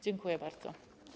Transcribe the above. Dziękuję bardzo.